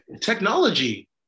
Technology